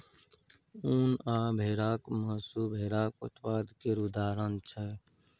उन आ भेराक मासु भेराक उत्पाद केर उदाहरण छै